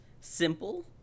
simple